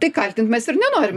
tai kaltint mes ir nenorim